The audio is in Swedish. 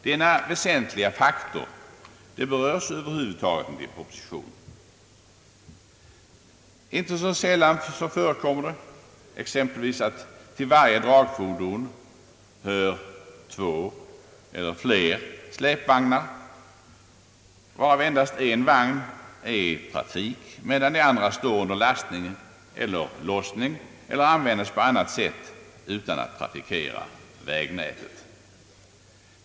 Denna väsentliga faktor berörs över huvud taget inte i propositionen. Inte så sällan förekommer det exempelvis att till varje dragfordon hör flera släpvagnar, av vilka endast en är i trafik medan de andra står under lastning eller lossning eller används på annat sätt utan att trafikera vägnätet.